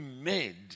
made